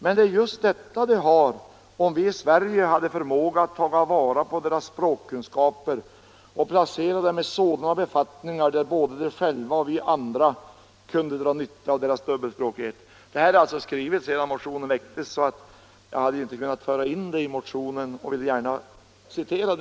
Men det är just detta de har, om vi i Sverige hade förmåga att ta vara på deras språkkunskaper och placera dem i sådana befattningar, där både de själva och vi andra kunde dra nytta av deras dubbelspråkighet.” Det här är skrivet sedan motionen väcktes, så vi kunde inte föra in det i motionen, och det är därför jag gärna ville citera det.